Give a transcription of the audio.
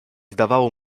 zdawało